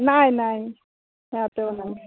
নাই নাই নাই